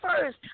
first